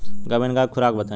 गाभिन गाय के खुराक बताई?